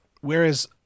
whereas